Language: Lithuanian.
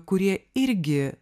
kurie irgi